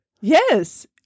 Yes